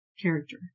character